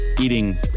eating